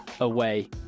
away